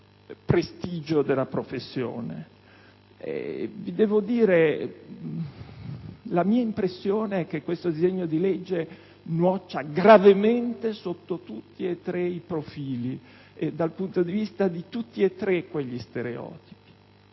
al prestigio della professione? La mia impressione è che questo disegno di legge nuoccia gravemente sotto tutti e tre i profili, dal punto di vista di tutti e tre quegli stereotipi.